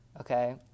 okay